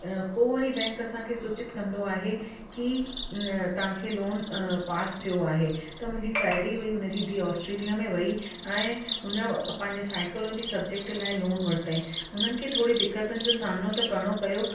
पोइ वरी बैंक असांखे सुचित कंदो आहे की न तव्हांखे लो पास थियो आहे त मुंहिंजी साहेड़ी हुई हुनजी धीअ ऑस्ट्रेलिया में वेई ऐं हुन पंहिंजे साइकोलॉजी सब्जेक्ट लाइ लोन वरितई उन्हनि खे थोरी दिक़तियुनि जो सामनो त करिणो पियो